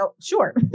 sure